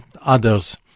others